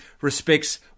respects